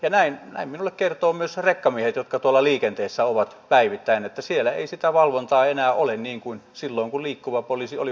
ja näin minulle kertovat myös rekkamiehet jotka tuolla liikenteessä ovat päivittäin että siellä ei sitä valvontaa enää ole niin kuin silloin kun liikkuva poliisi oli voimissaan